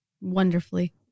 wonderfully